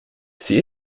sie